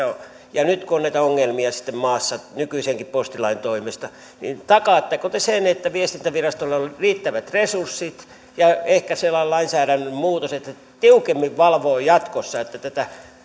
ja nyt kun on näitä ongelmia sitten maassa nykyisenkin postilain toimesta niin takaatteko te sen että viestintävirastolla on riittävät resurssit ja ehkä sellainen lainsäädännön muutos että se tiukemmin valvoo jatkossa että tätä